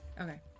Okay